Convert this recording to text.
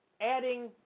adding